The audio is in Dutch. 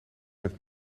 met